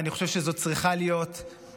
ואני חושב שזאת צריכה להיות קריאה